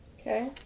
Okay